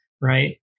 Right